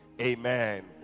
amen